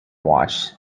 watch